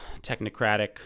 technocratic